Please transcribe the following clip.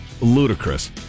ludicrous